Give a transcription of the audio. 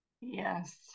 Yes